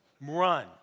Run